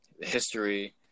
history